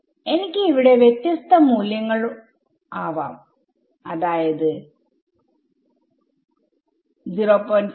എനിക്ക് ഇവിടെ വ്യത്യസ്ത മൂല്യങ്ങൾ ആവാം അതായത് 0